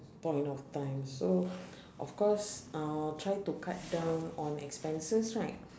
point of time so of course I will try to cut down on expenses right